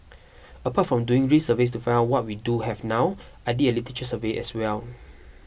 apart from doing ray surveys to find out what we do have now I did a literature survey as well